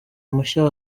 mushya